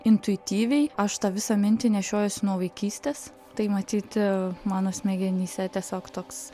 intuityviai aš tą visą mintį nešiojuosi nuo vaikystės tai matyti mano smegenyse tiesiog toks